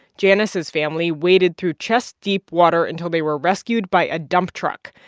janice's family waded through chest-deep water until they were rescued by a dump truck.